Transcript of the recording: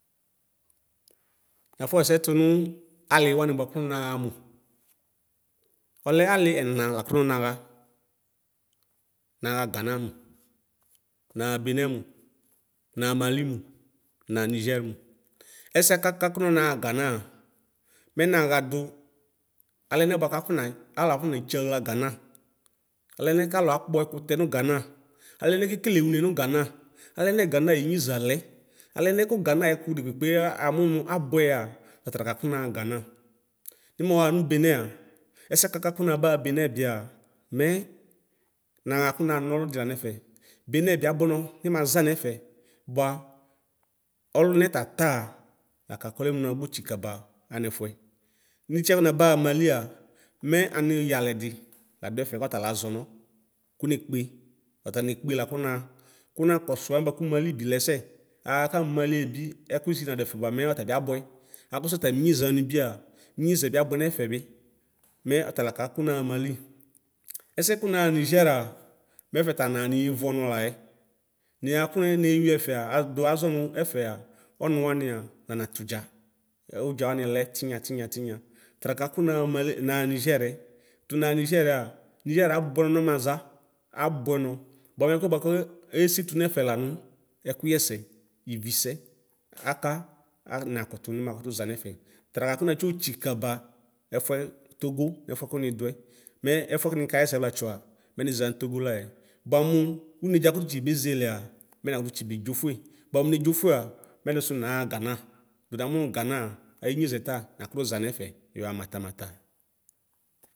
Nafɔ ɣɛsɛ tunu aliwami buaku naɣa mu. Ɔlɛ ali ɛma lakunɔnaɣa Naɣa Ganamu, naɣa mali mu, naɣa nizɛrmu. Ɛsɛ kaka kunɔ naɣa Ganaa, mɛ naɣa du alɛnɛ buakakɔma aluakɔna tsǝɣla Gana, alɛnɛ Gana ayineza lɛ, alɛmaɛ ku Ganaaɛku dekpkpe amunu abuɛa. Ɔtalaka kunaɣa Gana. Kɛmaɣa nu benɛa, ɛsɛkaka kunabaɣa benebia me naya kunaanoludila nefe. Benɛ biabueno nimaza ne bua olunetataa laka kole mu nagbo tsitsikǝ ba anɛfuɛ. Nitiɛ ku nabaya Malia, me anu yaledi laduefe kotalazono kunekpe, ɔtalekpela kunaya kuma kosu ale ku Mali bilɛsɛ aɣa kamu Maliebi ɛkusisidi naduefe buamɛ ɔtabiabuɛ. Akɔsu ataminyezaanibia, minyezɛ biabuɛ nɛfɛ bi. Mɛ ɔtalaka kunaɣa Mali. Ɛsɛ kunaɣa Nizera, mɛƒɛfa maɣa niye vuonulayɛ. Niyaɣa ku ni nieyuiefe a, du azo nu efea onuwania nanatudza ɛɔ udzaani lɛ tinyatinyatinya talaka kunaɣa mele naɣa nizɛrɛ. Tu naɣa Nizɛrɛa, Nizɛr abuɛnɔ nɔmaza abuɛnɔ buamɛkuɛ buakoyesetu nefe lanu ekuyese, ivisɛ; aka a nakutu nimafza nɛfɛ; talaka ku natsiotsikǝba ɛfuɛ, Togo, ɛfuɛ ku miduɛ. Mɛ ɛhiɛ ku nikaɣɛsɛvlatsɔa, mɛniza nu Togolaɛ. Buamu unediatsi kutu bezelea, mɛnakutsibe dʒoƒue, buamu nodzofuea, mɛdisu naɣa Gana; du namu nu Ganaa ayinyezɛta nakuʒa nɛƒɛ yɔɣa matamata.